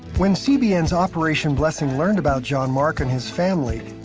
when cbn's operation blessing learned about john mark and his family,